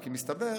כי מסתבר